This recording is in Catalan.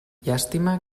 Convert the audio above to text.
llàstima